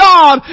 God